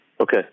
Okay